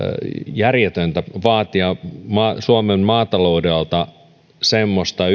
järjetöntä vaatia suomen maataloudelta semmoista